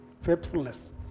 Faithfulness